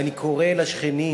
ואני קורא לשכנים